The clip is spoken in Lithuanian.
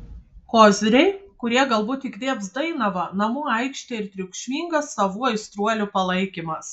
koziriai kurie galbūt įkvėps dainavą namų aikštė ir triukšmingas savų aistruolių palaikymas